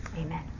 Amen